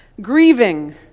grieving